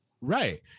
right